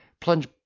plunge